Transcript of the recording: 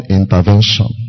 intervention